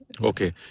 Okay